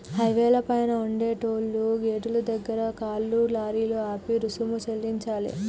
హైవేల పైన ఉండే టోలు గేటుల దగ్గర కార్లు, లారీలు ఆపి రుసుము చెల్లించాలే